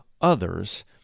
others